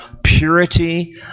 purity